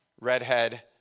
redhead